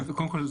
קודם כל,